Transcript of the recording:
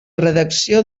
redacció